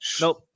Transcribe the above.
Nope